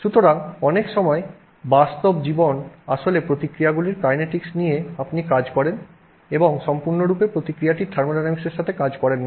সুতরাং অনেক সময় বাস্তব জীবন আসলে প্রতিক্রিয়াগুলির কাইনেটিকস নিয়ে আপনি কাজ করেন সম্পূর্ণরূপে প্রতিক্রিয়াটির থার্মোডিনামিক্সের সাথে কাজ করেন না